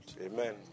Amen